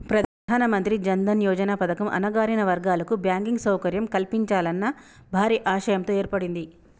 ప్రధానమంత్రి జన్ దన్ యోజన పథకం అణగారిన వర్గాల కు బ్యాంకింగ్ సౌకర్యం కల్పించాలన్న భారీ ఆశయంతో ఏర్పడింది